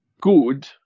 good